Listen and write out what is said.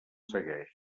segueix